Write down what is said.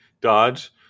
dodge